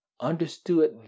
understood